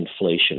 inflation